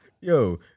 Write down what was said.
Yo